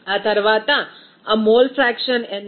refer slide time ఆ తర్వాత ఆ మోల్ ఫ్రాక్షన్ ఎంత